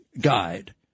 guide